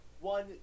one